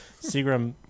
Seagram